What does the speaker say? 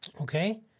Okay